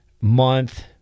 month